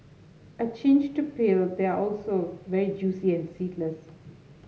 a cinch to peel they are also very juicy and seedless